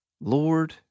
Lord